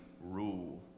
rule